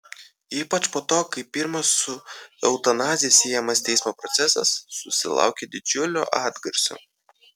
ypač po to kai pirmas su eutanazija siejamas teismo procesas susilaukė didžiulio atgarsio